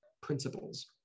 principles